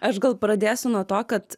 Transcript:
aš gal pradėsiu nuo to kad